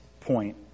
point